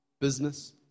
business